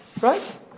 Right